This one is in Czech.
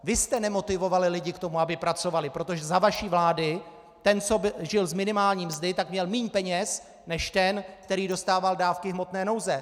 Vy jste nemotivovali lidi k tomu, aby pracovali, protože za vaší vlády ten, co žil z minimální mzdy, měl méně peněz než ten, který dostával dávky hmotné nouze.